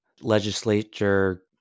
legislature